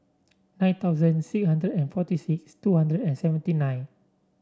nine thousand six hundred and forty six two hundred and seventy nine